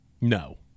No